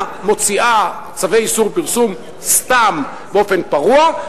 מוציאה צווי איסור פרסום סתם באופן פרוע,